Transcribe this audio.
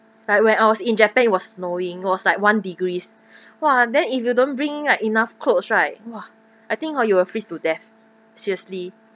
like when I was in japan it was snowing it was like one degrees !wah! then if you don't bring like enough clothes right !wah! I think hor you will freeze to death seriously